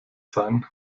sein